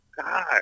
god